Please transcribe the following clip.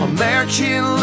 American